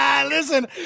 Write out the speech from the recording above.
listen